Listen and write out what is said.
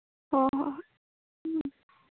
ꯍꯣ ꯍꯣ ꯍꯣꯏ ꯎꯝ